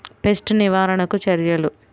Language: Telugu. పెస్ట్ నివారణకు చర్యలు?